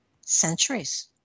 centuries